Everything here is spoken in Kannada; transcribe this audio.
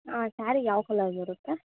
ಹಾಂ ಸ್ಯಾರಿ ಯಾವ ಕಲರ್ ಬರುತ್ತೆ